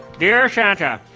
dear santa,